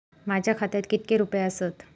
माझ्या खात्यात कितके रुपये आसत?